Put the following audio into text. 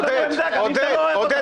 יש לנו עמדה גם אם אתה לא אוהב אותה.